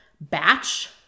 batch